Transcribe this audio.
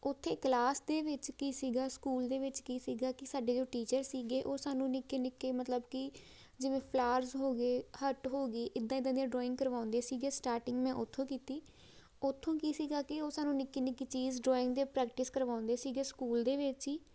ਉੱਥੇ ਕਲਾਸ ਦੇ ਵਿੱਚ ਕੀ ਸੀਗਾ ਸਕੂਲ ਦੇ ਵਿੱਚ ਕੀ ਸੀਗਾ ਕਿ ਸਾਡੇ ਜੋ ਟੀਚਰ ਸੀਗੇ ਉਹ ਸਾਨੂੰ ਨਿੱਕੇ ਨਿੱਕੇ ਮਤਲਬ ਕਿ ਜਿਵੇਂ ਫਲਾਰਸ ਹੋ ਗਏ ਹੱਟ ਹੋ ਗਈ ਇੱਦਾਂ ਇੱਦਾਂ ਦੀਆਂ ਡਰੋਇੰਗ ਕਰਵਾਉਂਦੇ ਸੀਗੇ ਸਟਾਰਟਿੰਗ ਮੈਂ ਉੱਥੋਂ ਕੀਤੀ ਉੱਥੋਂ ਕੀ ਸੀਗਾ ਕੀ ਉਹ ਸਾਨੂੰ ਨਿੱਕੀ ਨਿੱਕੀ ਚੀਜ਼ ਡਰੋਇੰਗ ਦੇ ਪ੍ਰੈਕਟਿਸ ਕਰਵਾਉਂਦੇ ਸੀਗੇ ਸਕੂਲ ਦੇ ਵਿੱਚ ਹੀ